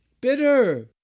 bitter